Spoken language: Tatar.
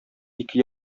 ике